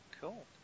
Cool